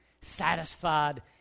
satisfied